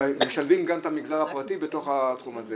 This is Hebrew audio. שואלים אותך מה השכר שאתה מציע,